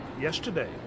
yesterday